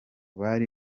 bari